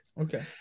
okay